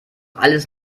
alles